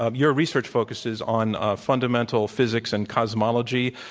ah your research focuses on ah fundamental physics and cosmology,